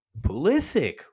Pulisic